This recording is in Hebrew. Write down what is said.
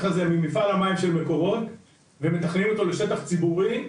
הזה ממפעל המים של מקורות ומתכננים אותו לשטח ציבורי,